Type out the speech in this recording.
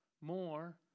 more